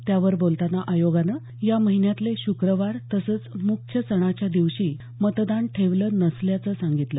त्यावर बोलताना आयोगानं या महिन्यातले श्क्रवार तसंच मुख्य सणाच्या दिवशी मतदान ठेवलं नसल्याचं सांगितलं